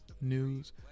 news